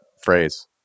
phrase